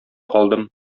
калдым